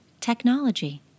Technology